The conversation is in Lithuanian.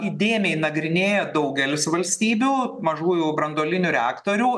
įdėmiai nagrinėja daugelis valstybių mažųjų branduolinių reaktorių